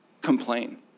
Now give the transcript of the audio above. complain